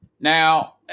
Now